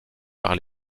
par